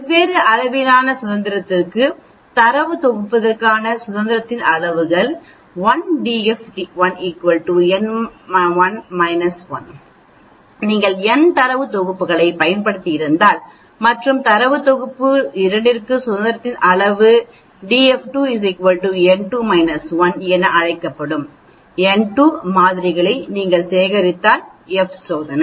வெவ்வேறு அளவிலான சுதந்திரத்திற்கு தரவுத் தொகுப்பிற்கான சுதந்திரத்தின் அளவுகள் 1 df1 n1 1 நீங்கள் n தரவுத் தொகுப்புகளைப் பயன்படுத்தியிருந்தால் மற்றும் தரவு தொகுப்பு 2 க்கான சுதந்திரத்தின் அளவுகள் df2 n2 1 என அழைக்கப்படும் n 2 மாதிரிகளை நீங்கள் சேகரித்திருந்தால் எஃப் சோதனை